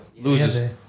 Loses